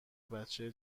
بچه